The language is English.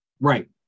Right